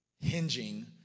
hinging